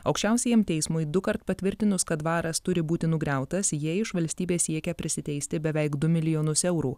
aukščiausiajam teismui dukart patvirtinus kad dvaras turi būti nugriautas jie iš valstybės siekia prisiteisti beveik du milijonus eurų